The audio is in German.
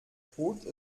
tod